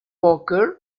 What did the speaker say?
poker